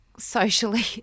socially